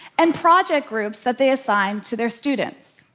and project groups that they assign to their students.